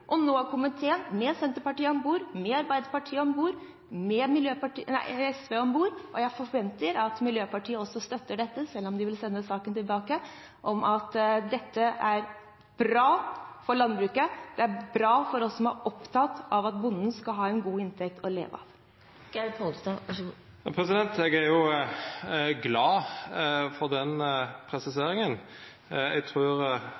og nå sier komiteen – med Senterpartiet om bord, med Arbeiderpartiet om bord, med SV om bord, og jeg forventer at Miljøpartiet De Grønne også støtter dette, selv om de vil sende saken tilbake – at det som er bra for landbruket, det er bra for oss som er opptatt av at bonden skal ha en god inntekt å leve av. Eg er glad for den presiseringa. Eg trur